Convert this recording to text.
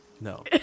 No